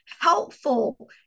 helpful